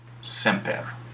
semper